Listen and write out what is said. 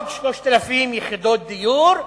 ועוד 3,000 יחידות דיור,